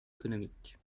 économique